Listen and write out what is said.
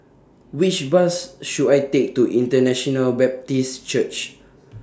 Which Bus should I Take to International Baptist Church